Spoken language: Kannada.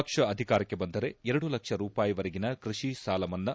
ಪಕ್ಷ ಅಧಿಕಾರಕ್ಕೆ ಬಂದರೆ ಎರಡು ಲಕ್ಷ ರೂಪಾಯಿವರೆಗಿನ ಕೃಷಿ ಸಾಲ ಮನ್ನಾ